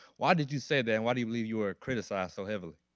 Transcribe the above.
why did you say that? and why do you believe you were criticized so heavily?